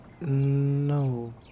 No